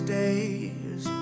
days